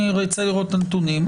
אני ארצה לראות את הנתונים.